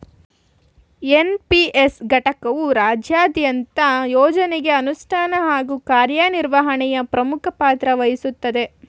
NPS ಘಟಕವು ರಾಜ್ಯದಂತ ಯೋಜ್ನಗೆ ಅನುಷ್ಠಾನ ಹಾಗೂ ಕಾರ್ಯನಿರ್ವಹಣೆಯ ಪ್ರಮುಖ ಪಾತ್ರವಹಿಸುತ್ತದೆ